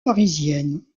parisienne